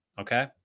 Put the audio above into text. Okay